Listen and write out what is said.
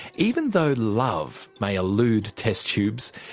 even though love may elude test-tubes,